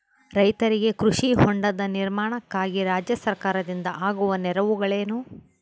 ರೈತರಿಗೆ ಕೃಷಿ ಹೊಂಡದ ನಿರ್ಮಾಣಕ್ಕಾಗಿ ರಾಜ್ಯ ಸರ್ಕಾರದಿಂದ ಆಗುವ ನೆರವುಗಳೇನು?